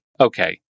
okay